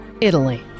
Italy